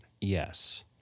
Yes